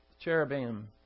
cherubim